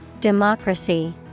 Democracy